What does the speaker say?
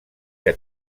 que